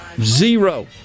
zero